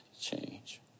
change